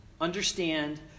understand